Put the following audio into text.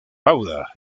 padua